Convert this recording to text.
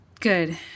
good